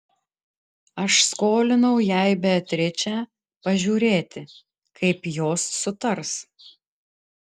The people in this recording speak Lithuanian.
aš skolinau jai beatričę pažiūrėti kaip jos sutars